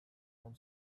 own